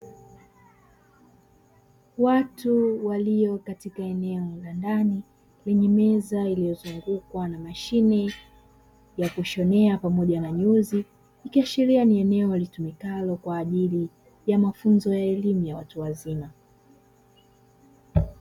Watu walio katika eneo la ndani lenye meza iliyozungukwa na mashine ya kushonea pamoja na nyuzi, ikiashiria ni eneo litumikalo kwa ajili ya mafunzo ya elimu ya watu wazima.